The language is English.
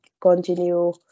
continue